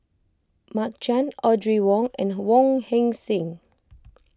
Mark Chan Audrey Wong and Wong Heck Sing